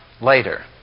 later